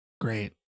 great